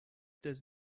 does